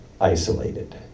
isolated